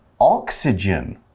oxygen